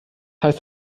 heißt